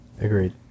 Agreed